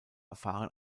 erfahren